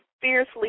Fiercely